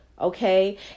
okay